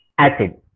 Acid